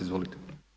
Izvolite.